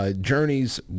Journeys